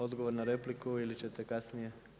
Odgovor na repliku ili ćete kasnije?